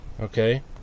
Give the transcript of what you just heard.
okay